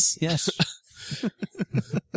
Yes